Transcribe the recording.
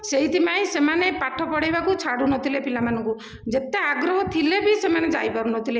ସେଇଥିପାଇଁ ସେମାନେ ପାଠ ପଢ଼େଇବାକୁ ଛାଡ଼ୁନଥିଲେ ପିଲାମାନଙ୍କୁ ଯେତେ ଆଗ୍ରହ ଥିଲେବି ସେମାନେ ଯାଇପାରୁନଥିଲେ